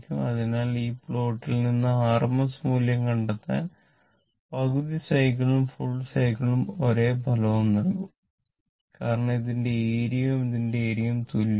അതിനാൽ ഈ പ്ലോട്ടിൽ നിന്ന് RMS മൂല്യം കണ്ടെത്താൻ പകുതി സൈക്കിളും ഫുൾ സൈക്കിളും ഒരേ ഫലം നൽകും കാരണം ഇതിന്റെ ഏരിയയും ഇതിന്റെ ഏരിയയും തുല്യമാണ്